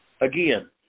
again